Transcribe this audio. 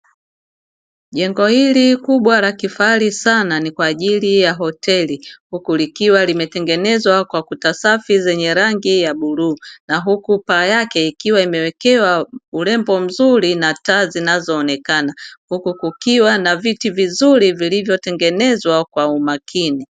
Jengo hili kubwa lakifahari sana ni kwa ajili ya hoteli huku likiwa limetengenezwa kwa kuta safi zenye rangi ya buluu, na huku paa yake ikiwa imewekewa urembo mzuri na taa zinazoonekana huku kukiwa na viti vizuri vilivyotengenezwa kwa umakini.